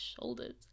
shoulders